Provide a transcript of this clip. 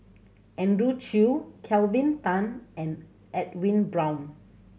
Andrew Chew Kelvin Tan and Edwin Brown